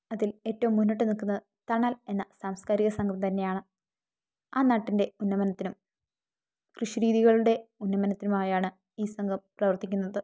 അതിൽ ഏറ്റവും മുന്നിട്ട് നിൽക്കുന്നത് തണൽ എന്ന സാംസ്കാരിക സംഘം തന്നെയാണ് ആ നാടിൻ്റെ ഉന്നമനത്തിനും കൃഷിരീതികളുടെ ഉന്നമനത്തിനും ആയാണ് ഈ സംഘം പ്രവർത്തിക്കുന്നത്